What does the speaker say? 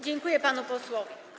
Dziękuję panu posłowi.